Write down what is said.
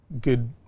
good